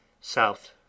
south